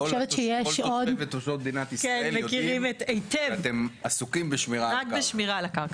כל תושבי ותושבות מדינת ישראל יודעים שאתם עסוקים בשמירה על הקרקע.